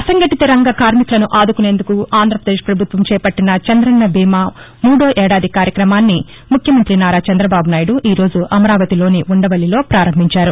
అసంఘటిత రంగ కార్మికులను ఆదుకునేందుకు ఆంధ్రప్రదేశ్ పభుత్వం చేపట్టిన చంద్రన్న బీమా మూడో ఏడాది కార్యక్రమాన్ని ముఖ్యమంతి నారా చంద్రబాబునాయుడు ఈ రోజు అమరావతిలోని ఉండవల్లిలో ప్రారంభించారు